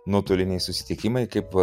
nuotoliniai susitikimai kaip